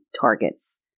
targets